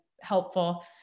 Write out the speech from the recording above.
helpful